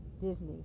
Disney